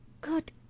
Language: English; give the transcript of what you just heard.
Good